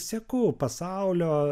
seku pasaulio